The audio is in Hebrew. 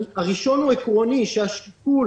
הראשון הוא עקרוני, שהשיקול